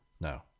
No